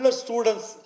students